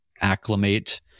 acclimate